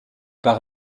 par